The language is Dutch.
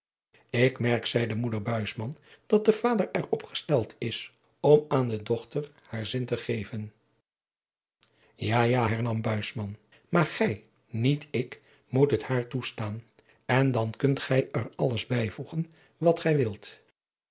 ik merk zeide moeder buisman dat de vader er op gesteld is om aan de dochter haar zin te geven ja ja hernam buisman maar gij niet ik moet het haar toestaan en dan kunt gij er alles bijvoegen wat gij wilt